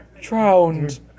drowned